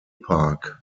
park